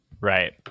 right